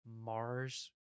mars